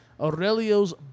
Aurelio's